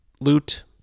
Loot